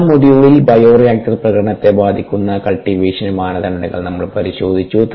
നാലാം മൊഡ്യൂളിൽ ബയോറിയാക്റ്റർ പ്രകടനത്തെ ബാധിക്കുന്ന കൾടിവേഷൻ മാനദണ്ഡങ്ങൾ നമ്മൾ പരിശോധിച്ചു